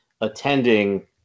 attending